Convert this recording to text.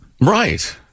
Right